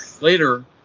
Later